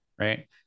right